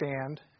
stand